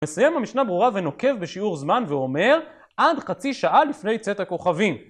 מסיים במשנה ברורה ונוקב בשיעור זמן ואומר, עד חצי שעה לפני צאת הכוכבים.